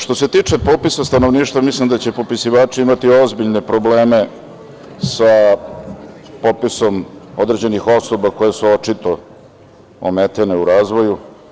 Što se tiče popisa stanovništva, mislim da će popisivači imati ozbiljne probleme sa popisom određenih osoba koje su očito ometene u razvoju.